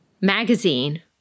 magazine